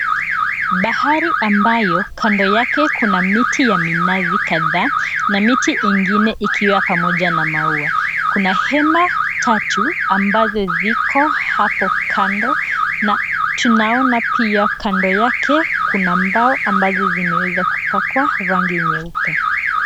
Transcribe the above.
Bahari ambayo kando yake kuna miti ya minazi kadhaa na miti ingine ikiwa pamoja na maua. Kuna hema tatu ambazo ziko hapo kando na tunaona pia kando yake kuna mbao ambazo zimeweza kupakwa rangi nyeupe.